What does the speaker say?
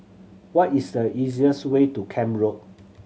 what is the easiest way to Camp Road